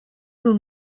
who